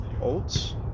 olds